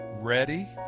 ready